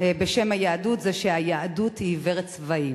בשם היהדות זה שהיהדות היא עיוורת צבעים.